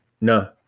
No